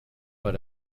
but